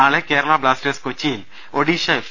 നാളെ കേരളാ ബ്ലാസ്റ്റേഴ്സ് കൊച്ചിയിൽ ഒഡീഷ എഫ്